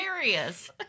hilarious